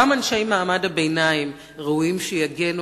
גם אנשי מעמד הביניים ראויים שיגנו